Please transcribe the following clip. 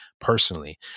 personally